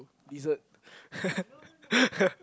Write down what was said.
desser